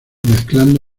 mezclando